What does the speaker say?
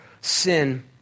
sin